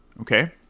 okay